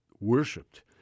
worshipped